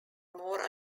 more